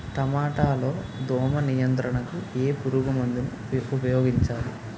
టమాటా లో దోమ నియంత్రణకు ఏ పురుగుమందును ఉపయోగించాలి?